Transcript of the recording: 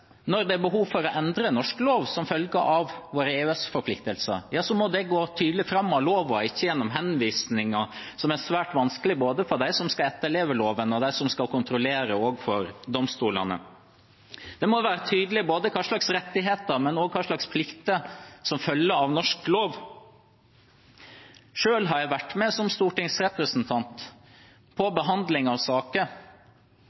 Når det er behov for å endre norsk lov som følge av våre EØS-forpliktelser, må det gå tydelig fram av loven, og ikke gjennom henvisninger, noe som er svært vanskelig både for dem som skal etterleve loven, for dem som skal kontrollere, og for domstolene. Det må være tydelig både hvilke rettigheter og hvilke plikter som følger av norsk lov. Selv har jeg som stortingsrepresentant vært med